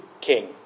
king